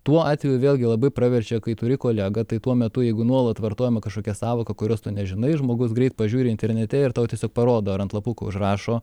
tuo atveju vėlgi labai praverčia kai turi kolegą tai tuo metu jeigu nuolat vartojama kažkokia sąvoka kurios tu nežinai žmogus greit pažiūri internete ir tau tiesiog parodo ar ant lapuko užrašo